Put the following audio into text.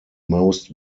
most